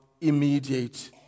immediate